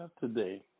today